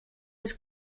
his